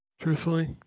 Truthfully